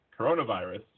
coronavirus